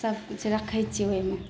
सब किछु रखै छियै ओहिमे